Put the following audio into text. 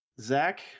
Zach